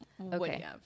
Okay